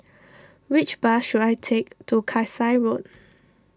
which bus should I take to Kasai Road